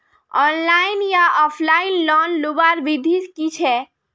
Online या offline loan लुबार विधि की छे?